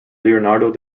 leonardo